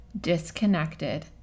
disconnected